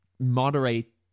moderate